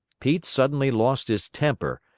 pete suddenly lost his temper,